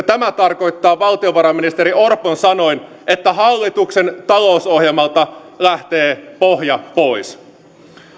tämä tarkoittaa valtiovarainministeri orpon sanoin että hallituksen talousohjelmalta lähtee pohja pois